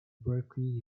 berkley